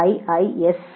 iisctagmail